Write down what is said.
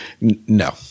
No